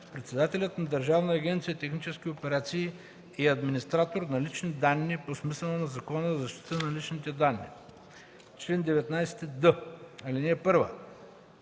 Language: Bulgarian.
Председателят на Държавна агенция „Технически операции” е администратор на лични данни по смисъла на Закона за защита на личните данни. Чл. 19д. (1)